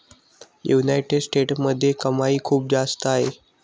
United स्टेट्समध्ये कमाई खूप जास्त आहे